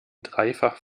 dreifach